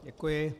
Děkuji.